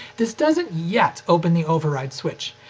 this doesn't yet open the override switch.